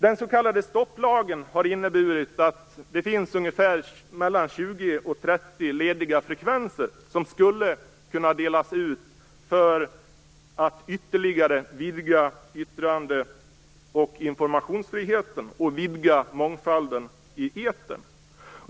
Den s.k. stopplagen har inneburit att det finns ungefär mellan 20 och 30 lediga frekvenser som skulle kunna delas ut för att ytterligare vidga yttrande och informationsfriheten och för att vidga mångfalden i etern.